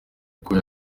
uko